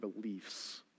beliefs